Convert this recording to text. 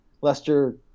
Lester –